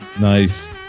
Nice